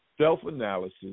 self-analysis